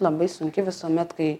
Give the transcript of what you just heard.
labai sunki visuomet kai